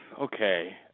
Okay